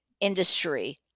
industry